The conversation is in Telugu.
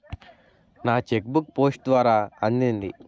నా చెక్ బుక్ పోస్ట్ ద్వారా అందింది